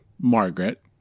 Margaret